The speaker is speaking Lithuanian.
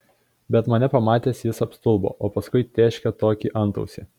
bet mane pamatęs jis apstulbo o paskui tėškė tokį antausį